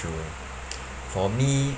for me